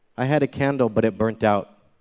i had a candle, but it burned out.